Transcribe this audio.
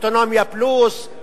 אוטונומיה פלוס,